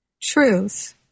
truth